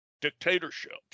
dictatorships